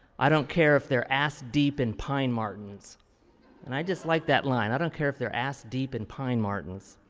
i don't care if they're ass deep in pine martins and i just like that line. i don't care if they're ass deep in pine martins.